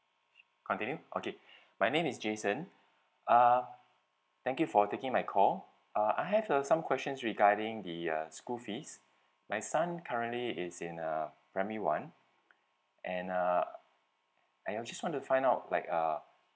continue okay my name is jason uh thank you for taking my call uh I have uh some questions regarding the uh school fees my son currently is in uh primary one and uh and I just want to find out like uh